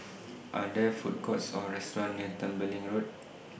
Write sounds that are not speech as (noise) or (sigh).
(noise) Are There Food Courts Or restaurants near Tembeling Road